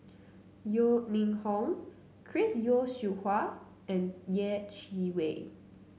Yeo Ning Hong Chris Yeo Siew Hua and Yeh Chi Wei